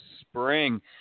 spring